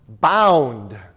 bound